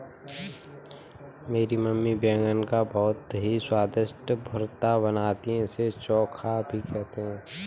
मेरी मम्मी बैगन का बहुत ही स्वादिष्ट भुर्ता बनाती है इसे चोखा भी कहते हैं